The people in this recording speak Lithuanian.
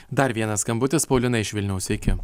dar vienas skambutis paulina iš vilniaus sveiki